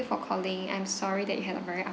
for calling I'm sorry that you had a very un~